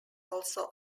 also